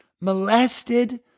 Molested